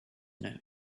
know